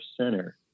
center